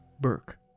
Burke